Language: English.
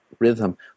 rhythm